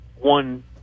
one